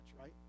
right